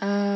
err